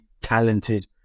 talented